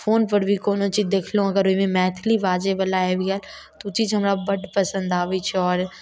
phone पर भी कोनो चीज देखलहुॅं अगर ओहिमे मैथिली बाजैबला आबि गेल तऽ ओ चीज हमरा बड्ड पसन्द आबै छै आओर